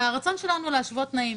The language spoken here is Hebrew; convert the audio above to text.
הרצון שלנו להשוות תנאים.